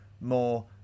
more